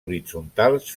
horitzontals